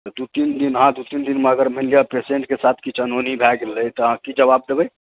दू तीन दिन अहाँ दूँ दिन मानि लिअ अगर पेसेन्टकेँ साथ अगर अनहोनी भय गेलै तऽ अहाँ की जबाब देबै